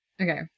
Okay